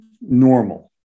normal